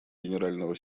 генерального